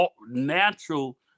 natural